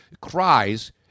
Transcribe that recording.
cries